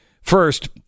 First